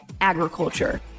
agriculture